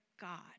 God